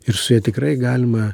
ir su ja tikrai galima